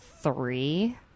three